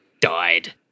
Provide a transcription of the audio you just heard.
died